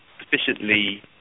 sufficiently